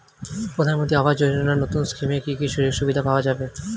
প্রধানমন্ত্রী আবাস যোজনা নতুন স্কিমে কি কি সুযোগ সুবিধা পাওয়া যাবে?